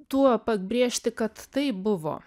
tuo pabrėžti kad tai buvo